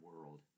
world